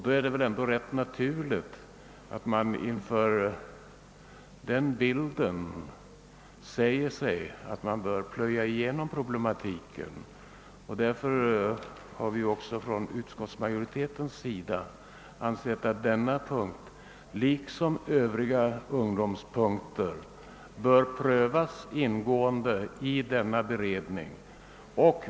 Det är väl ändå rätt naturligt att man säger sig att man bör plöja igenom problematiken. Därför har vi från utskottsmajoritetens sida ansett att denna punkt, liksom övriga punkter rörande ungdomsorganisationerna, bör prövas ingående av denna beredning.